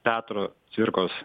petro cvirkos